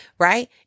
Right